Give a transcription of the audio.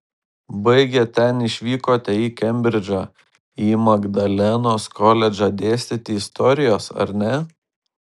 baigę ten išvykote į kembridžą į magdalenos koledžą dėstyti istorijos ar ne